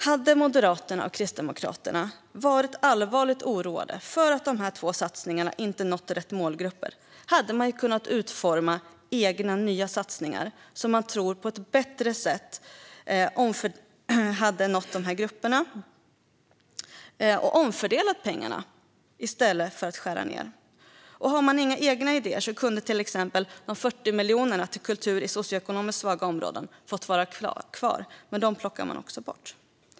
Hade Moderaterna och Kristdemokraterna varit allvarligt oroade för att dessa två satsningar inte skulle nå rätt målgrupper hade de kunnat utforma egna nya satsningar som de tror på ett bättre sätt skulle nå dessa grupper, och de kunde ha omfördelat pengarna i stället för att skära ned. Har de inga egna idéer skulle till exempel de 40 miljonerna till kultur i socioekonomiskt svaga områden kunna få vara kvar, men dem plockar de också bort.